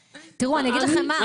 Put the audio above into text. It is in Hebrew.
תראו אני אגיד לכם מה,